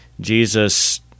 Jesus